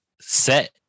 set